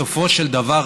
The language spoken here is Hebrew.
בסופו של דבר,